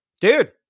dude